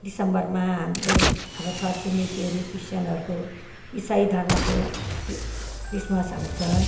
डिसम्बरमा हाम्रो अब छरछिमेकीहरू क्रिस्टियनहरूको इसाई धर्मको कि क्रिसमस आउँछ